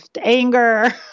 anger